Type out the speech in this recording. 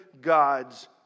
God's